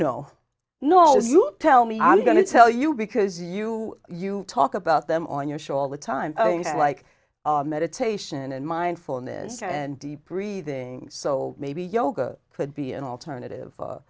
know no you tell me i'm going to tell you because you you talk about them on your show all the time things like meditation and mindfulness and deep breathing so maybe yoga could be an alternative